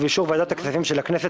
ובאישור ועדת הכספים של הכנסת,